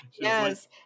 Yes